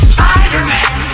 Spider-Man